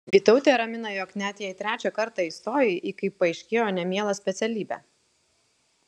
vytautė ramina jog net jei trečią kartą įstojai į kaip paaiškėjo nemielą specialybę